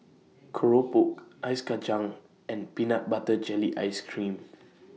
Keropok Ice Kacang and Peanut Butter Jelly Ice Cream